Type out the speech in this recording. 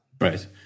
Right